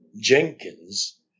Jenkins